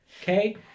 Okay